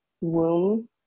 womb